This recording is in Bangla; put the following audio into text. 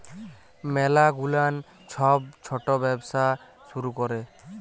ম্যালা গুলান ছব ছট ব্যবসা শুরু ক্যরে